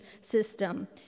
system